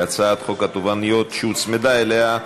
והצעת החוק שהוצמדה אליה,